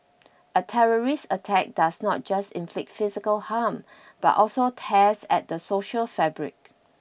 a terrorist attack does not just inflict physical harm but also tears at the social fabric